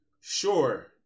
sure